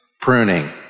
pruning